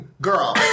Girl